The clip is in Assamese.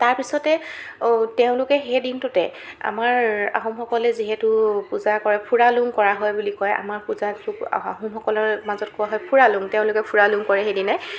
তাৰ পিছতে তেওঁলোকে সেই দিনটোতে আমাৰ আহোমসকলে যিহেতু পূজা কৰে ফুৰালুং কৰা হয় বুলি কয় আমাৰ পূজাটোক আহোমসকলৰ মাজত কোৱা হয় ফুৰালুং তেওঁলোকে ফুৰালুং কৰে সেইদিনাই